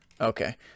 Okay